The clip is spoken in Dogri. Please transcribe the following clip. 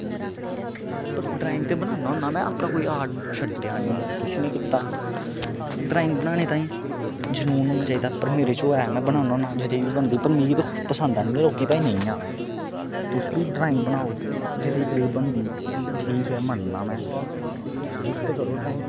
पर ड्रांइग ते बनाना होना में अपना कोई आर्ट छड्डेआ नेईं ऐ किश नेईं कीता ड्रांइग बनाने ताहीं जनून होना चाहिदा पर मेरे च ओह् ऐ में बनाना होन्ना जनेही बी बनदी पर मिगी ते पसंद आंदी लोकें गी भला नेईं आ तुस बी ड्रांइग बनाओ जनेही कदेही बनदी ठीक ऐ मन्नना में तुस ते करो ड्रांइग